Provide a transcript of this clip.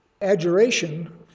adjuration